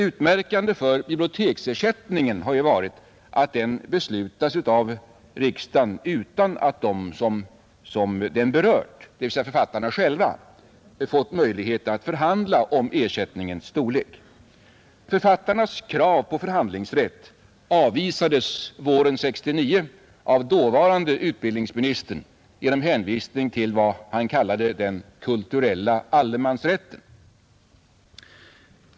Utmärkande för biblioteksersättningen har ju varit att den beslutats av riksdagen utan att de som den berör, dvs. författarna själva, fått möjlighet att förhandla om ersättningens storlek. Författarnas krav på förhandlingsrätt avvisades våren 1969 av dåvarande utbildningsministern genom hänvisning till vad han kallade ”den kulturella allemansrätten”.